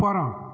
ଉପର